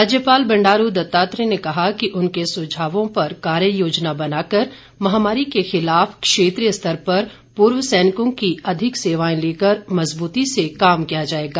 राज्यपाल बंडारू दत्तात्रेय ने कहा कि उनके सुझावों पर कार्य योजना बनाकर महामारी के खिलाफ क्षेत्रीय स्तर पर पूर्व सैनिकों की अधिक सेवाएं लेकर मजबूती से काम किया जाएगा